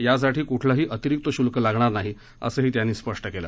यासाठी कुठलही अतिरीक्त शुल्क लागणार नाही असंही त्यांनी स्पष्ट केलं